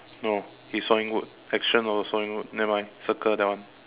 no he's sawing wood action of sawing wood nevermind circle that one